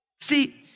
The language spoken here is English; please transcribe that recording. See